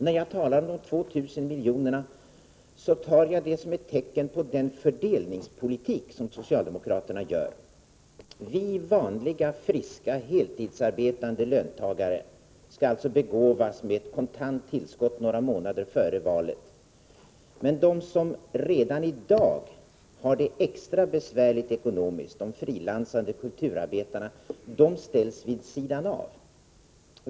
När jag talat om de 2 000 miljonerna har jag sett den företeelsen som ett utslag av socialdemokraternas fördelningspolitik: Vi vanliga, friska heltidstidsarbetande löntagare skall alltså begåvas med ett kontant tillskott några månader före valet, men de som redan i dag har det extra besvärligt ekonomiskt — de frilansande kulturarbetarna — ställs vid sidan av.